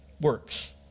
works